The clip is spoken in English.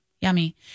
Yummy